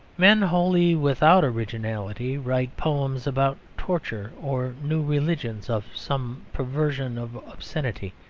men wholly without originality write poems about torture, or new religions, of some perversion of obscenity,